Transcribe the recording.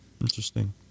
Interesting